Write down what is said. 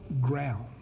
ground